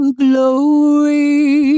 glory